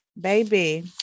Baby